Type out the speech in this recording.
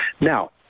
Now